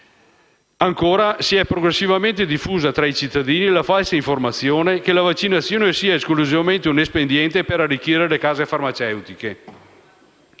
Ancora, si è progressivamente diffusa tra i cittadini la falsa informazione che la vaccinazione sia esclusivamente un espediente per arricchire le case farmaceutiche.